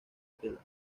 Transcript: tela